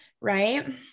right